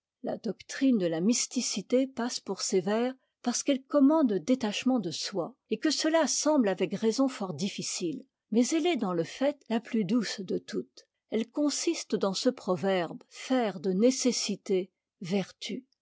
la doctrine de la mysticité passe pour sévère parce qu'elle commande le détachement de soi et que cela semble avec raison fort difficile mais elle est dans le fait la plus douce de toutes elle consiste dans ce proverbe faire de kgcem e vertu